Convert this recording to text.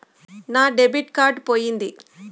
నా debit card పోయింది